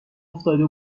افتاده